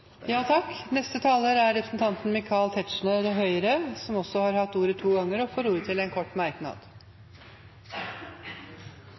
Representanten Michael Tetzschner har hatt ordet to ganger tidligere og får ordet til en kort merknad,